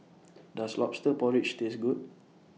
Does Lobster Porridge Taste Good